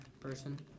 person